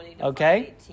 Okay